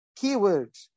keywords